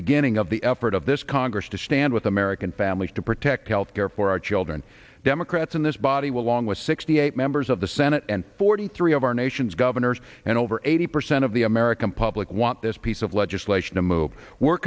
beginning of the effort of this congress to stand with american families to protect health care for our children democrats in this body will long with sixty eight members of the senate and forty three of our nation's governors and over eighty percent of the american public want this piece of legislation to move we're